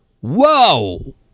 Whoa